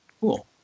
Cool